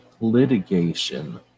litigation